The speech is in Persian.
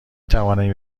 توانم